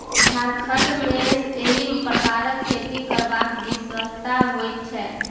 झारखण्ड मे एहि प्रकारक खेती करब विवशता होइत छै